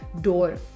door